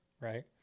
right